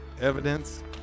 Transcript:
evidence